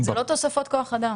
אלה לא תוספות כוח אדם.